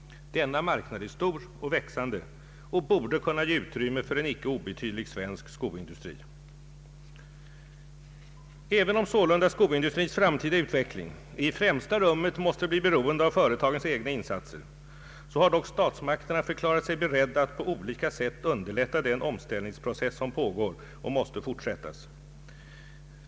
Denna marknad är stor och växande och borde kunna ge utrymme för en icke obetydlig svensk skoindustri. Även om sålunda skoindustrins framtida utveckling i främsta rummet måste bli beroende av företagens egna insatser, så har dock statsmakterna förklarat sig beredda att på olika sätt underlätta den omställningsprocess som pågår och måste fortsättas.